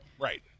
right